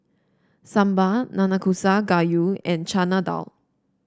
Sambar Nanakusa Gayu and Chana Dal